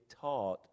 taught